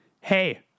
Hey